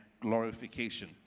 glorification